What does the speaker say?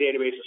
databases